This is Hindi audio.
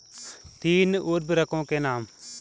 तीन उर्वरकों के नाम?